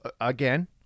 again